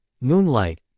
Moonlight